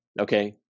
okay